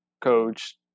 coach